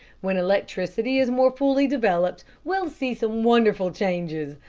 when electricity is more fully developed, we'll see some wonderful changes.